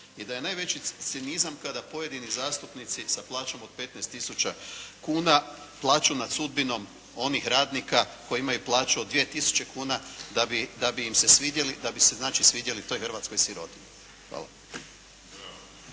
i da je najveći cinizam kada pojedini zastupnici sa plaćom od 15000 kuna plaću nad sudbinom onih radnika koji imaju plaću od 2000 kuna da bi im se svidjeli, da bi se znači